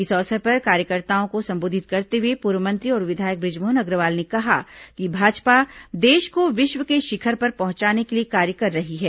इस अवसर पर कार्यकर्ताओं को संबोधित करते हुए पूर्व मंत्री और विधायक बृजमोहन अग्रवाल ने कहा कि भाजपा देश को विश्व के शिखर पर पहुंचाने के लिए कार्य कर रही है